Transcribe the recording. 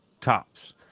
Tops